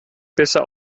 besser